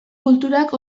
kulturak